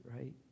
right